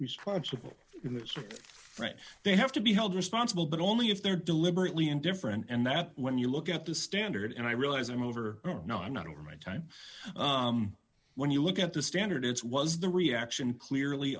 responsible for it they have to be held responsible but only if they're deliberately indifferent and that when you look at the standard and i realise i'm over no i'm not over my time when you look at the standards was the reaction clearly